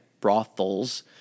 brothels